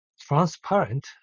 transparent